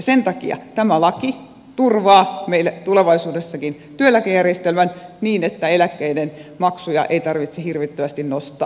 sen takia tämä laki turvaa meille tulevaisuudessakin työeläkejärjestelmän niin että eläkkeiden maksuja ei tarvitse hirvittävästi nostaa